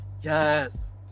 yes